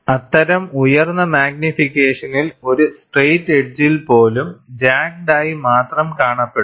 അത്തരം ഉയർന്ന മാഗ്നിഫിക്കേഷനിൽ ഒരു സ്ട്രൈയിറ്റ് എഡ്ജിൽ പോലും ജാഗ്ഡ് ആയി മാത്രം കാണപ്പെടും